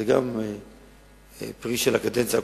גם זה פרי של הקדנציה הקודמת.